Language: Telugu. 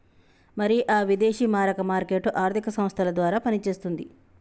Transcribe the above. మరి ఆ విదేశీ మారక మార్కెట్ ఆర్థిక సంస్థల ద్వారా పనిచేస్తుంది